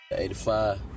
85